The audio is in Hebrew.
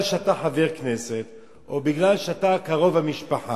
שאתה חבר כנסת או שאתה קרוב המשפחה,